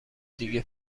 دیگه